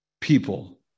people